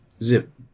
Zip